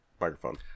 microphone